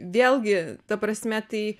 vėlgi ta prasme tai